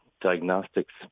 diagnostics